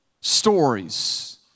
stories